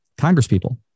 congresspeople